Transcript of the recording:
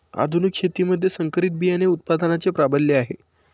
आधुनिक शेतीमध्ये संकरित बियाणे उत्पादनाचे प्राबल्य आहे